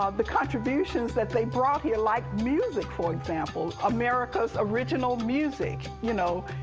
um the contributions that they brought here, like music for example, america's original music, you know.